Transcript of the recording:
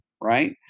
right